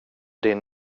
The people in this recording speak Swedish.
din